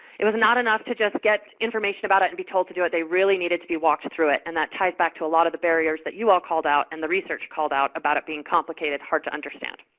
it was not enough to just get information about it and be told to do it. they really needed to be walked through it, and that ties back to a lot of the barriers that you all called out and the research called out about it being complicated, hard to understand.